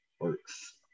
works